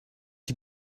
you